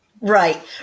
right